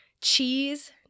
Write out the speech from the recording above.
cheese